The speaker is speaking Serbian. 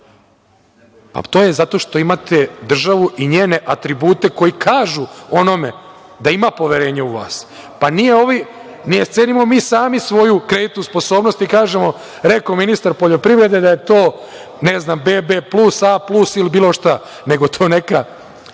To je zato što imate državu i njene atribute koji kažu onome da ima poverenja u vas. Pa, ne cenimo mi sami svoju kreditnu sposobnost i kažemo – rekao ministar poljoprivrede da je to BB plus, A plus ili bilo šta, nego je to neka